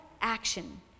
action